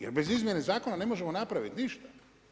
Jer bez izmjene zakona ne možemo napraviti ništa.